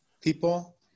people